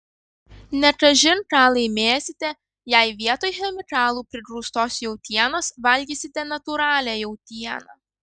ne kažin ką laimėsite jei vietoj chemikalų prigrūstos jautienos valgysite natūralią jautieną